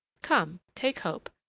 come, take hope.